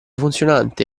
funzionante